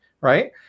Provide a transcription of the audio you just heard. right